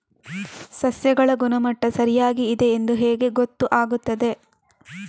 ಸಸ್ಯಗಳ ಗುಣಮಟ್ಟ ಸರಿಯಾಗಿ ಇದೆ ಎಂದು ಹೇಗೆ ಗೊತ್ತು ಆಗುತ್ತದೆ?